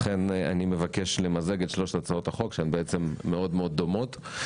לכן אני מבקש למזג את שלוש הצעות החוק שהן בעצם מאוד מאוד דומות.